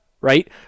right